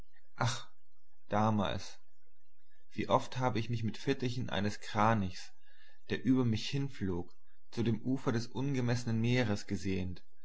damals wie oft habe ich mich mit fittichen eines kranichs der über mich hin flog zu dem ufer des ungemessenen meeres gesehnt